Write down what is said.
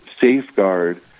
safeguard